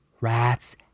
rat's